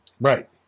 Right